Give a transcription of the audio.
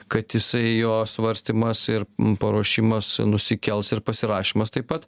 kad jisai jo svarstymas ir paruošimas nusikels ir pasirašymas taip pat